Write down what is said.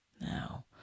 Now